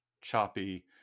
choppy